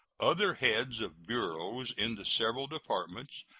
other heads of bureaus in the several departments,